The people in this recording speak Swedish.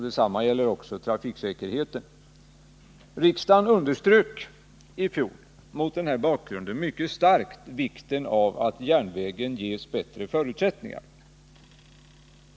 Detsamma gäller också trafiksäkerheten. Riksdagen underströk i fjol mot den här bakgrunden mycket starkt vikten av att järnvägen ges bättre förutsättningar.